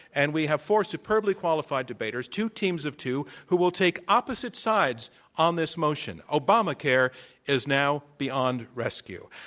and we have four superbly qualified debaters, two teams of two, who will take opposite sides on this motion, obamacare is now beyond rescue.